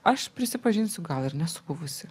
aš prisipažinsiu gal ir nesu buvusi